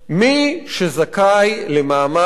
מי שזכאי למעמד פליט,